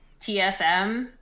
TSM